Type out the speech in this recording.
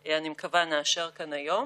הסטודנטים עדיין לא מקבלים לא סיוע, לא תמיכות,